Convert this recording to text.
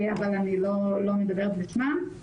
אבל אני לא מדברת בשמם.